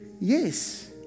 yes